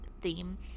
theme